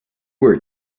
were